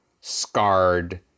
scarred